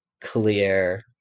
clear